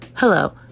Hello